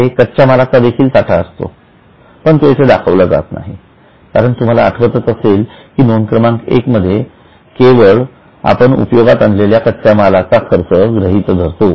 येथे कच्च्या मालाचा देखील साठा असतो पण तो येथे दाखविला जात नाही कारण तुम्हाला आठवतच असेल नोंद क्रमांक एक मध्ये आपण केवळ उपयोगात आणलेल्या कच्चामालचा खर्च गृहीत धरतो